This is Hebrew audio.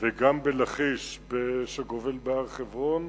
וגם בלכיש, שגובל בהר-חברון,